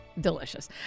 delicious